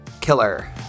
Killer